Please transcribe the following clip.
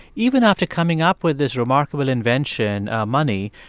even after coming up with this remarkable invention, money,